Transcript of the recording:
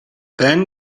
then